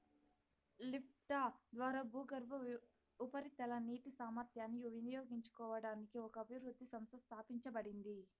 లిఫ్ట్ల ద్వారా భూగర్భ, ఉపరితల నీటి సామర్థ్యాన్ని వినియోగించుకోవడానికి ఒక అభివృద్ధి సంస్థ స్థాపించబడింది